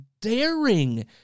daring